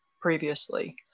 previously